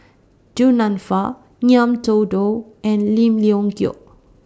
Du Nanfa Ngiam Tong Dow and Lim Leong Geok